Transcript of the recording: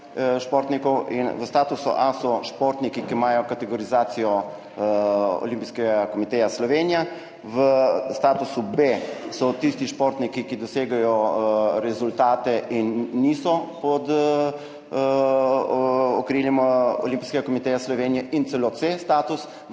športnika A, B in C. V statusu A so športniki, ki imajo kategorizacijo Olimpijskega komiteja Slovenija, v statusu B so tisti športniki, ki dosegajo rezultate in niso pod okriljem Olimpijskega komiteja Slovenije, in status C, v